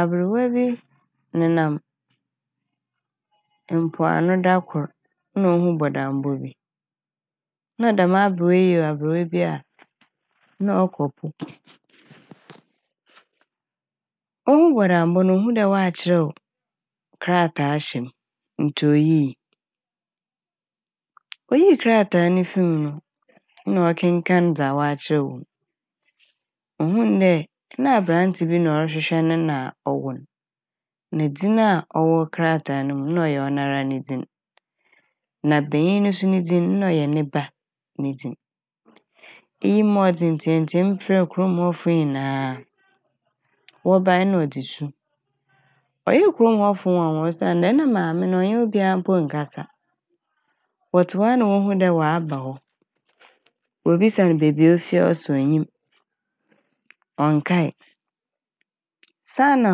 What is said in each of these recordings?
Aberwa bi nenam mpoano da kor na ohun bɔdambɔ bi na dɛm aberwa yi yɛ aberwa bi a ɔkɔ po. Ohuu bɔdambɔ n' ohuu dɛ ɔakyerɛw krataa hyɛ m' ntsi oyii. Oyii krataa ne fii m' no na ɔkenkaan dza ɔakyerɛw wɔ m' ohun dɛ na aberantsɛ bi na ɔhwehwɛ ne na ɔwo n' na dzin a ɔwɔ kraataa ne mu n' na a ɔyɛ ɔnoara ne dzin na banyin no so dzin na ɔyɛ ne ba ne dzin. Iyi maa ɔdze ntseatsea mu frɛ kurom hɔ fo nyinaa wɔbae na ɔdze su ɔyɛɛ kurom hɔ fo nwanwa osiandɛ nna maame no ɔnnye obiara mpo nnkasa. Wɔtse hɔ a na wohuu dɛ ɔaba hɔ wobisa n' beebi a ofi a ɔse onnyim ɔnnkae saana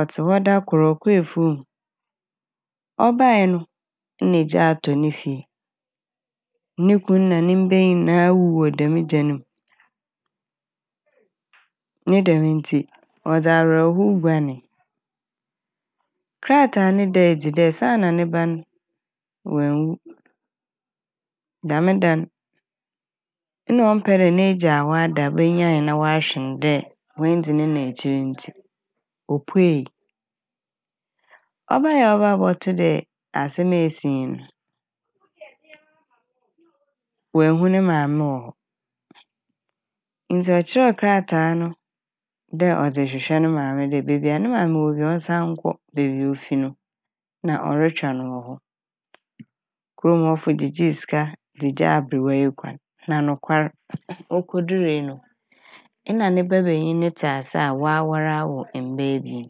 ɔtse da kor ɔkɔɔ efuw m' ɔbae no na gya atɔ ne fie. Ne kun na ne mba nyinaa wuwui wɔ dɛm gya ne m' ne dɛm ntsi ɔdze awerɛhow guanee. Kraataa ne da n' edzi dɛ saana ne ba n' ennwu dɛm da n' na ɔmmpɛ dɛ n'egya ɔada obenyan na ɔahwe ne dɛ oenndzi ne na ekyir ntsi opuei. Ɔbae ɔbaa bɔtoo dɛ asɛm a esi nye n' oennhu ne maame wɔ hɔ ntsi ɔkyerɛw kraataa no dɛ ɔdze hwehwɛ ne maame dɛ beebia ne maame wɔ biara ɔnsan nkɔ beebi a ofi no na ɔrotweɔn ne wɔ hɔ. Kurom' hɔ fo gyegyee sika dze gyaa aberwa yi kwan na nokwar okodurii no nna ne ba banyin ne tse ase a ɔawar ɔawo mba ebien,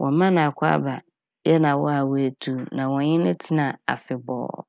wɔmaa ne akɔaba na yɛɛ no awaawaa etuu na wɔnye no tsenaa afebɔɔ.